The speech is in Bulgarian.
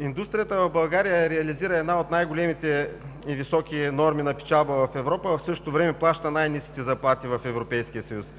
Индустрията в България реализира една от най-големите и високи норми на печалба в Европа, а в същото време плаща най-ниските заплати в Европейския съюз.